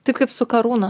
taip kaip su karūna